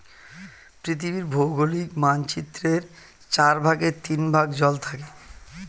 পৃথিবীর ভৌগোলিক মানচিত্রের চার ভাগের তিন ভাগ জল থাকে